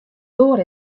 doar